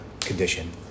condition